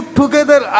together